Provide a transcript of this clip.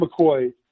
McCoy